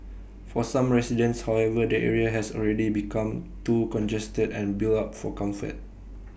for some residents however the area has already become too congested and built up for comfort